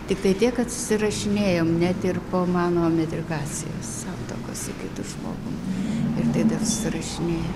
tiktai tiek kad susirašinėjom net ir po mano metrikacijos santuokos su kitu žmogum ir tai dar susirašinėjom